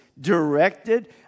directed